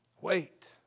Wait